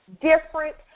different